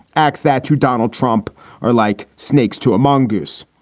acts that to donald trump are like snakes to a mongoose.